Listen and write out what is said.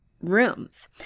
Rooms